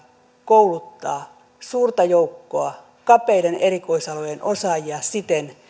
kouluttaa suurta joukkoa kapeiden erikoisalojen osaajia siten